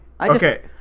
Okay